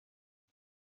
ngo